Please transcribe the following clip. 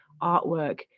artwork